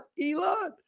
Elon